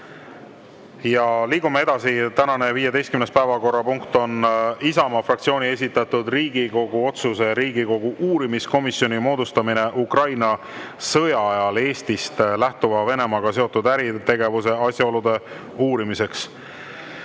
Liigume edasi. Tänane 15. päevakorrapunkt on Isamaa fraktsiooni esitatud Riigikogu otsuse "Riigikogu uurimiskomisjoni moodustamine Ukraina sõja ajal Eestist lähtuva Venemaaga seotud äritegevuse asjaolude uurimiseks"